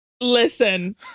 Listen